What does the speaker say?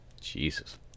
Jesus